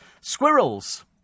Squirrels